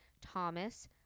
Thomas